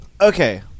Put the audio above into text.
Okay